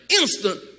instant